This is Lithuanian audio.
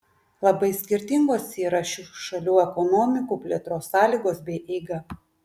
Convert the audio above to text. labai skirtingos yra šių šalių ekonomikų plėtros sąlygos bei eiga